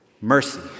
Mercy